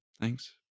thanks